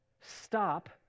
stop